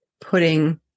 putting